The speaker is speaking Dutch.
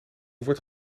wordt